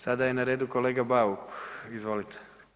Sada je na redu kolega Bauk, izvolite.